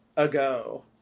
ago